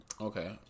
Okay